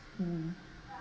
um